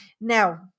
now